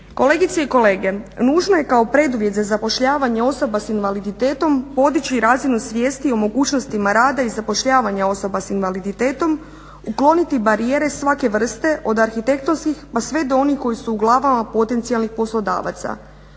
Kolegice i kolege, nužno je kao preduvjet za zapošljavanje osoba sa invaliditetom podići razinu svijesti o mogućnostima rada i zapošljavanja osoba sa invaliditetom, ukloniti barijere svake vrste od arhitektonskih pa sve do onih koji su u glavama potencijalnih poslodavaca.